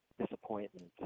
disappointment